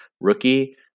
rookie